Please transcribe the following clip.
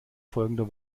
folgender